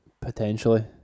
potentially